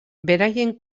beraien